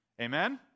Amen